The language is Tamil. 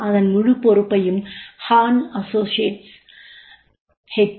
அதன் முழுப் பொறுப்பையும் Hann Associates Hann Associates H